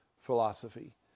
philosophy